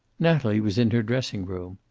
natalie was in her dressing-room.